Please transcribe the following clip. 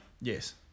yes